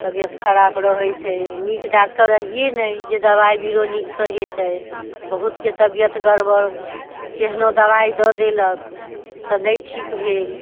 तबियत खराब रहै छै नीक डाक्टर अहिये नहि जे दवाइ नीकसँ हेतै बहुतके तबियत गड़बड़ केहनो दवाइ दऽ देलक से नहि ठीक भेल